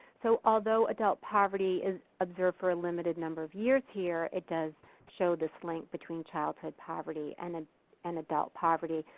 so although adult poverty is observed for a limited number of years here, it does show this link between childhood poverty and and and adult poverty.